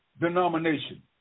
denomination